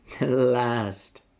last